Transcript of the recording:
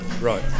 right